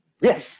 Yes